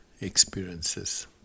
experiences